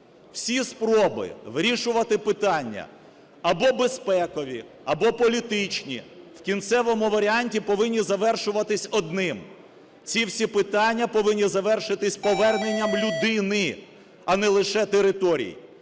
Всі спроби вирішувати питання або безпекові, або політичні в кінцевому варіанті повинні завершуватись одним: ці всі питання повинні завершитись поверненням людини, а не лише територій.